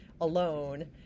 alone